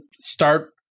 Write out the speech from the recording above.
start